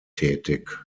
tätig